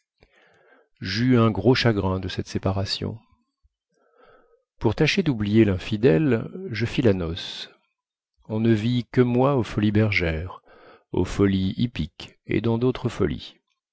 jeus un gros chagrin de cette séparation pour tâcher doublier linfidèle je fis la noce on ne vit que moi aux folies bergère aux folies hippiques et dans dautres folies